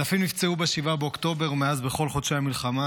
אלפים נפצעו ב-7 באוקטובר ומאז בכל בחודשי המלחמה,